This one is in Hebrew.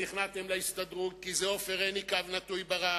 נכנעתם להסתדרות כי זה עופר עיני / ברק,